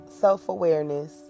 self-awareness